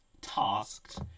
tasked